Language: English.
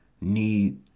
need